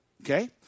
Okay